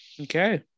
Okay